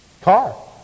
car